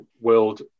World